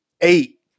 eight